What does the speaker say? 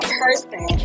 person